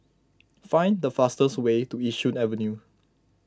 find the fastest way to Yishun Avenue